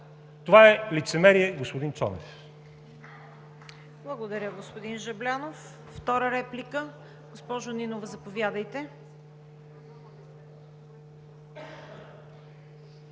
Това е лицемерие, господин Цонев.